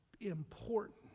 important